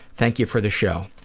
thank you for the show.